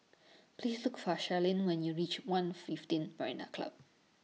Please Look For Sharyn when YOU REACH one fifteen Marina Club